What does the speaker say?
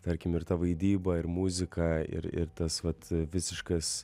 tarkim ir ta vaidyba ir muzika ir ir tas vat visiškas